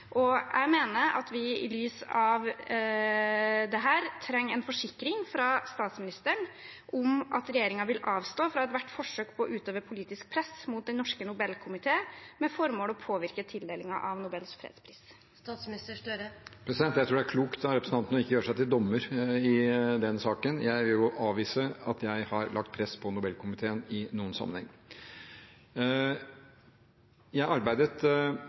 Jeg mener at vi i lys av dette trenger en forsikring fra statsministeren om at regjeringen vil avstå fra ethvert forsøk på å utøve politisk press mot Nobelkomiteen med formål å påvirke tildelingen av Nobels fredspris. Jeg tror det er klokt av representanten å ikke gjøre seg til dommer i den saken. Jeg vil avvise at jeg har lagt press på Nobelkomiteen i noen sammenheng. Jeg arbeidet